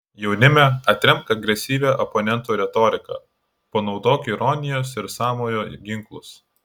jaunime atremk agresyvią oponentų retoriką panaudok ironijos ir sąmojo ginklus